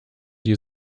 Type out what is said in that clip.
die